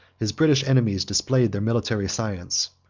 his british enemies displayed their military science.